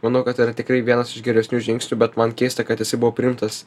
manau kad tai yra tikrai vienas iš geresnių žingsnių bet man keista kad jisai buvo priimtas